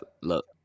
look